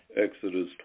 Exodus